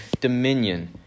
dominion